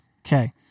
Okay